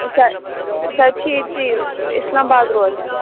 أسۍ ہہ أسۍ حظ چھِ ییٚتی اِسلام آباد روزان